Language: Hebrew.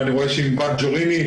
ואני רואה שענבל ג'וריני,